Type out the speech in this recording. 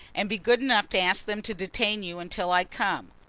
and be good enough to ask them to detain you until i come.